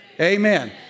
Amen